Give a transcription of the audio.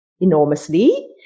enormously